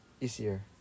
easier